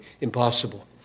impossible